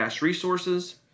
resources